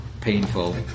painful